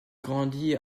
grandit